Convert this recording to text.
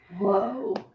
Whoa